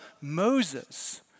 Moses